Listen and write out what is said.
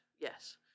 yes